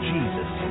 Jesus